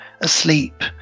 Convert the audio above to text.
asleep